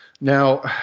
Now